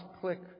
click